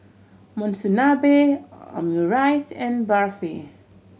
Monsunabe Omurice and Barfi